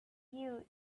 you